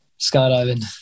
skydiving